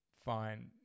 Fine